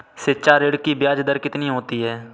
शिक्षा ऋण की ब्याज दर कितनी होती है?